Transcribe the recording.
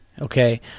okay